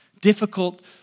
difficult